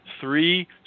three